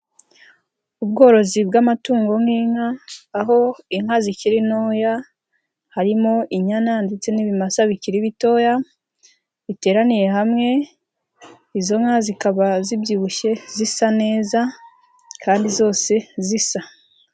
Ubworozi bw'amatungo nk'inka, aho inka zikiri ntoya. Harimo inyana ndetse n'ibimasa bikiri bitoya biteraniye hamwe. Izo nka zikaba zibyibushye zisa neza kandi zose zisa.